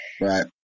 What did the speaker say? Right